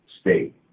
state